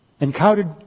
encountered